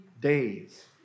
days